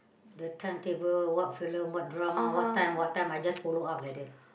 the timetable what film what drama what time what time I just follow up like that